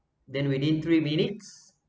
then within three minutes